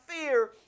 fear